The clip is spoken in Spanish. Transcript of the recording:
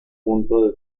punto